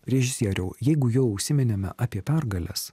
režisieriau jeigu jau užsiminėme apie pergales